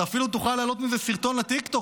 אתה אפילו תוכל להעלות על זה סרטון לטיקטוק,